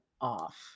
off